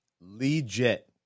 Legit